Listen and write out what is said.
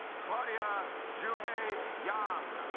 claudia jew hae young